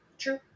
True